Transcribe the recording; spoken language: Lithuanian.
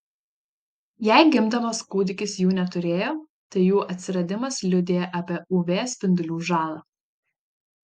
jei gimdamas kūdikis jų neturėjo tai jų atsiradimas liudija apie uv spindulių žalą